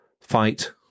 fight